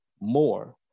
more